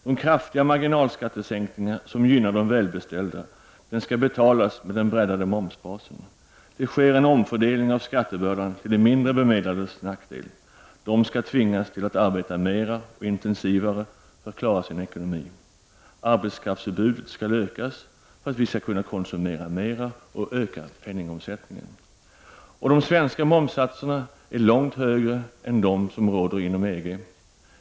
De kraftiga marginalskattesänkningarna som gynnar de välbeställda skall betalas med den breddade momsbasen. Det sker en omfördelning av skattebördan till de mindre bemedlades nackdel. De skall tvingas till att arbeta mera och intensivare för att klara sin ekonomi. Arbetskraftsutbudet skall ökas för att vi skall kunna konsumera mera och öka penningomsättningen. De svenska momssatserna är långt högre än de som råder inom EG.